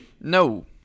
No